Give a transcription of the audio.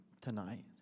tonight